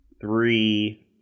three